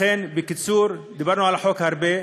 לכן, בקיצור, דיברנו על החוק הרבה,